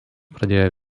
pradėjo